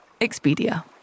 Expedia